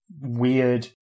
weird